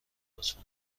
لطفا